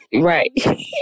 right